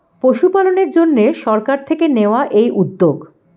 পশুপালনের জন্যে সরকার থেকে নেওয়া এই উদ্যোগ